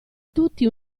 tutti